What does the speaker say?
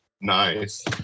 Nice